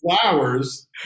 flowers